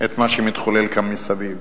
את מה שמתחולל כאן מסביב.